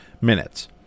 minutes